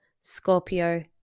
Scorpio